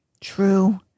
True